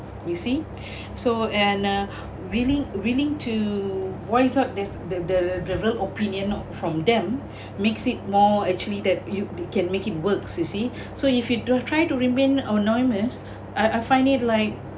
you see so anna willing willing to voice out there's the the the opinion not from them makes it more actually that you can make it works you see so if you don't try to remain anonymous I I find it like